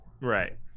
Right